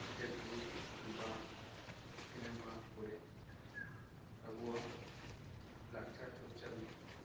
Facebook album cinema ᱠᱚᱨᱮ ᱟᱵᱚᱣᱟᱜ ᱞᱟᱠᱪᱟᱨ ᱪᱚᱨᱪᱟ